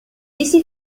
easy